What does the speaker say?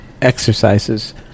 exercises